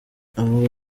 avuga